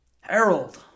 Harold